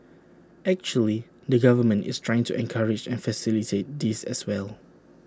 actually the government is trying to encourage and facilitate this as well